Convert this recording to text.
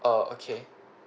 orh okay